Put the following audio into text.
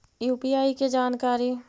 UPI के जानकारी?